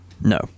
No